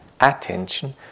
attention